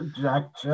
Jack